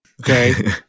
okay